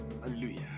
Hallelujah